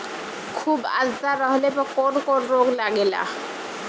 खुब आद्रता रहले पर कौन कौन रोग लागेला?